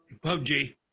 PUBG